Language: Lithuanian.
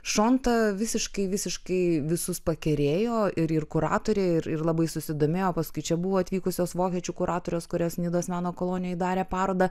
šonta visiškai visiškai visus pakerėjo ir ir kuratorė ir ir labai susidomėjo paskui čia buvo atvykusios vokiečių kuratorės kurios nidos meno kolonijoj darė parodą